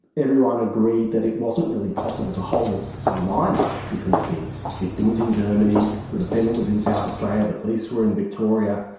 everyone agreed that it wasn't really possible to hold and a lineup because the victim was in germany, the defendant was in south australia, the police were in victoria.